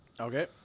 Okay